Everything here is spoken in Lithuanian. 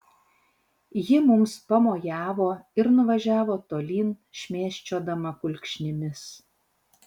ji mums pamojavo ir nuvažiavo tolyn šmėsčiodama kulkšnimis